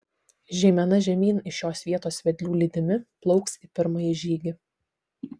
žeimena žemyn iš šios vietos vedlių lydimi plauks į pirmąjį žygį